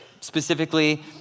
specifically